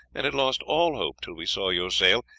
and had lost all hope till we saw your sail,